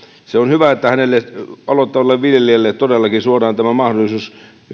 se on hyvä että aloittavalle viljelijälle todellakin suodaan tämä mahdollisuus